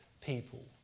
people